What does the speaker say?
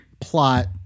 plot